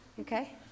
okay